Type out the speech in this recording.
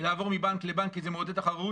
לעבור מבנק לבנק כי זה מעודד את התחרות.